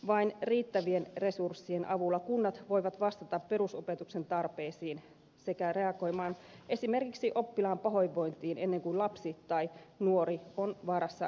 vain riittävien resurssien avulla kunnat voivat vastata perusopetuksen tarpeisiin sekä reagoida esimerkiksi oppilaan pahoinvointiin ennen kuin lapsi tai nuori on vaarassa syrjäytyä